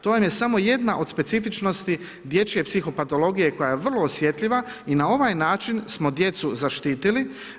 To vam je samo jedna od specifičnosti dječje psihopatologije koja je vrlo osjetljiva i na ovaj način smo djecu zaštitili.